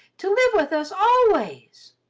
to live with us always!